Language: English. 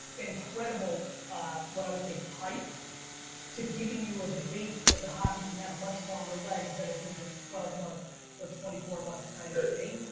incredible what i would say pipe to giving you a debate that the hobby can have much longer legs than it being just a twelve month or twenty four month kind of thing,